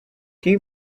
quem